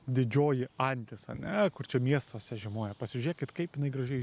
didžioji antis ane kur čia miestuose žiemoja pasižiūrėkit kaip jinai gražiai